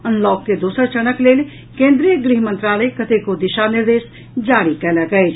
unlock के दोसर चरणक लेल केन्द्रीय गृह मंत्रालय कतेको दिशा निर्देश जारी कयलक अछि